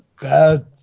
bad